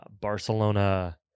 Barcelona